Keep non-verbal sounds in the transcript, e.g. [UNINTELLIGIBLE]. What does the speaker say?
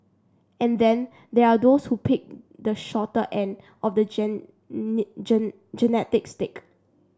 and then there are those who picked the shorter end of the [UNINTELLIGIBLE] genetic stick